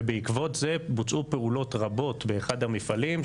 ובעקבות זה בוצעו פעולות רבות באחד המפעלים,